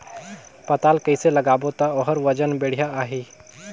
पातल कइसे लगाबो ता ओहार वजन बेडिया आही?